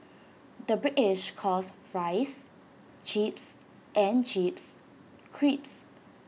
the British calls Fries Chips and Chips Crisps